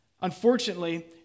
Unfortunately